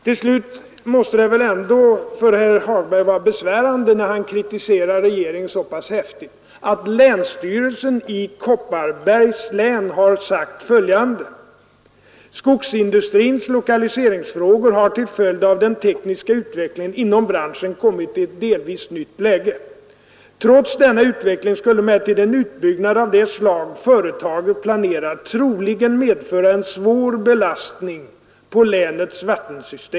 Det måste väl ändå vara besvärande för herr Hagberg, som så häftigt kritiserar regeringen, att länsstyrelsen i Kopparbergs län uttalat följande: ”Skogsindustrins lokaliseringsfrågor har till följd av den tekniska utvecklingen inom branschen kommit i ett delvis nytt läge. Trots denna utveckling skulle emellertid en utbyggnad av det slag företaget planerar troligen medföra en svår belastning på länets vattensystem.